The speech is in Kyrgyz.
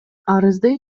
арызды